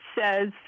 says